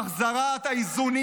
החזרת האיזונים